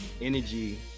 energy